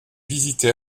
visité